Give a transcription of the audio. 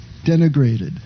denigrated